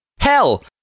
Hell